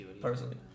personally